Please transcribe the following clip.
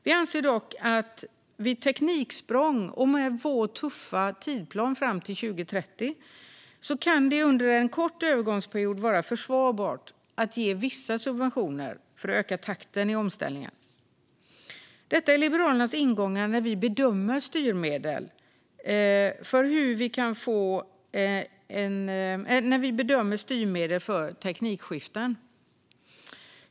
Vi anser dock att vid tekniksprång, och med vår tuffa tidsplan fram till 2030, kan det under en kort övergångsperiod vara försvarbart att ge vissa subventioner för att öka takten i omställningen. Detta är Liberalernas ingångar när vi bedömer styrmedel för teknikskiften.